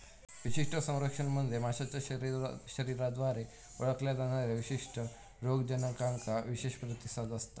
विशिष्ट संरक्षण म्हणजे माशाच्या शरीराद्वारे ओळखल्या जाणाऱ्या विशिष्ट रोगजनकांका विशेष प्रतिसाद असता